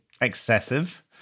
excessive